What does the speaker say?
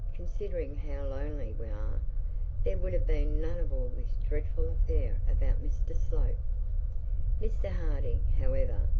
considering how lonely we are, there would have been none of all this dreadful affair about mr slope mr harding, however,